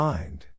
Mind